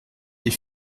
des